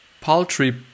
paltry